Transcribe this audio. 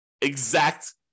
exact